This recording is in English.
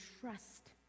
trust